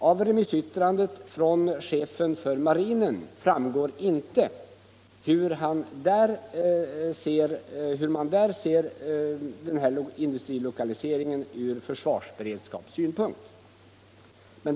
Av remissyttrandet från chefen för marinen framgår inte hur man där ser denna industrilokalisering ur försvarsberedskapssynpunkt.